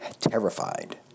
terrified